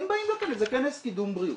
הם באים לכנס, זה כנס קידום בריאות.